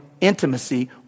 intimacy